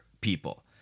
people